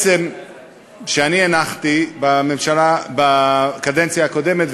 שאני הנחתי בקדנציה הקודמת,